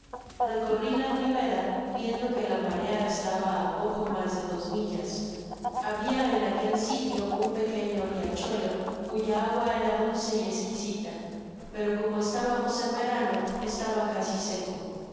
recorri la ribera viendo que la marea estaba á poco mas de dos millas habia en aquel sitia un pequeño riachuelo cuya agua era dulce y esquisita pero como estábamos en verano estaba casi seco